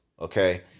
Okay